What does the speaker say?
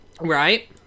right